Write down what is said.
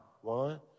one